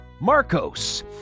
Marcos